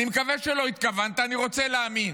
אני מקווה שלא התכוונת, אני רוצה להאמין.